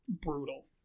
brutal